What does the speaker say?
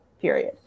period